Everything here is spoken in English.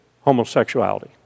homosexuality